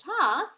task